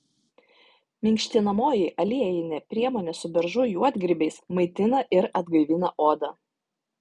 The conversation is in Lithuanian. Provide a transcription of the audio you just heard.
minkštinamoji aliejinė priemonė su beržų juodgrybiais maitina ir atgaivina odą